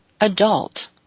adult